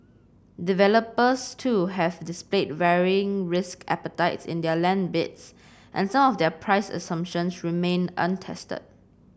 developers too have displayed varying risk appetites in their land bids and some of their price assumptions remain untested